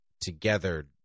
together